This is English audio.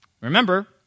Remember